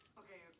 okay